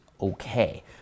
okay